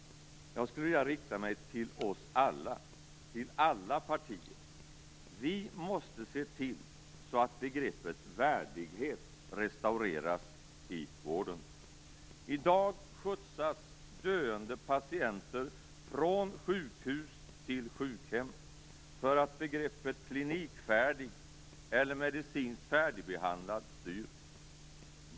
Jag skulle vilja rikta mig till oss alla, till alla partier. Vi måste se till att begreppet värdighet restaureras i vården. I dag skjutsas döende patienter från sjukhus till sjukhem, därför att begreppet klinikfärdig eller medicinskt färdigbehandlad styr.